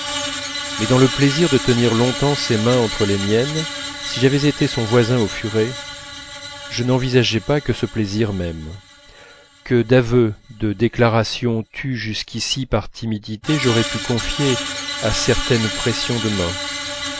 mais dans le plaisir de tenir longtemps ses mains entre les miennes si j'avais été son voisin au furet je n'envisageais pas que ce plaisir même que d'aveux de déclarations tus jusqu'ici par timidité j'aurais pu confier à certaines pressions